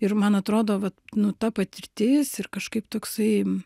ir man atrodo va nu ta patirtis ir kažkaip toksai